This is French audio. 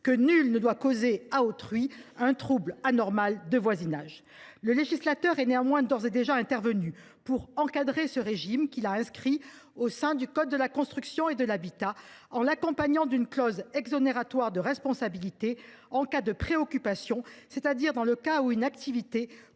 que « nul ne doit causer à autrui un trouble anormal de voisinage ». Le législateur est néanmoins d’ores et déjà intervenu pour encadrer ce régime, qu’il a inscrit dans le code de la construction et de l’habitation, en l’accompagnant d’une clause exonératoire de responsabilité en cas de pré occupation, c’est à dire dans le cas où une activité